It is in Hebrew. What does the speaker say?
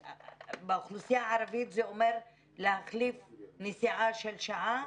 באוכלוסייה הערבית זה אומר להחליף נסיעה של שעה